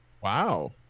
wow